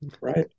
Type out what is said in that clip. right